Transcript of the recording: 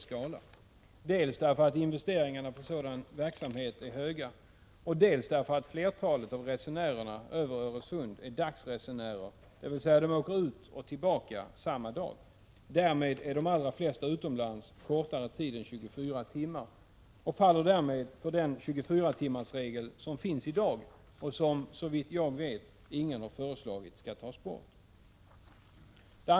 Skälen härtill är dels att investeringen i sådan verksamhet är kostnadskrävande, dels att flertalet av resenärerna över Öresund är dagsresenärer, dvs. sådana som åker fram och tillbaka samma dag. De allra flesta resenärerna vistas alltså utomlands kortare tid än 24 timmar och faller därmed under den 24-timmarsregel som i dag gäller och som såvitt jag vet ingen har föreslagit skall tas bort.